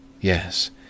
Yes